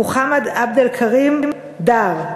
מוחמד עבד-אלכרים דאהר,